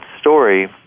story